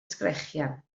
sgrechian